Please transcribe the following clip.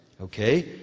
Okay